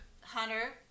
Hunter